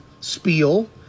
spiel